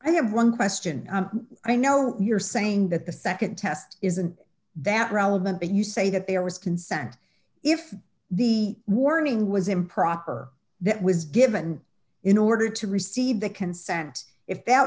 i have one question i know you're saying that the nd test isn't that relevant but you say that there was consent if the warning was improper that was given in order to receive the consent if that